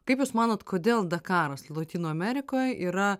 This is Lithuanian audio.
kaip jūs manot kodėl dakaras lotynų amerikoj yra